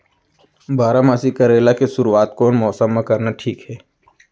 बारामासी करेला के शुरुवात कोन मौसम मा करना ठीक हे?